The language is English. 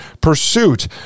pursuit